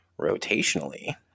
rotationally